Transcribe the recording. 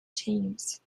teams